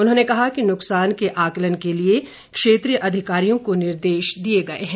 उन्होंने कहा कि नुक्सान के आंकलन के लिए क्षेत्रीय अधिकारियों को निर्देश दिए गए हैं